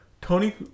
Tony